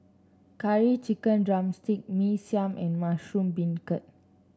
Curry Chicken drumstick Mee Siam and Mushroom Beancurd